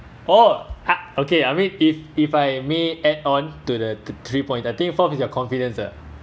orh I okay I mean if if I may add on to the three point I think fourth is your confidence ah